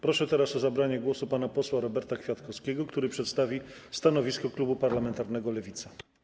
Proszę teraz o zabranie głosu pana posła Roberta Kwiatkowskiego, który przedstawi stanowisko klubu parlamentarnego Lewica.